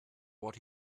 what